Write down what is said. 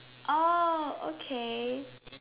orh okay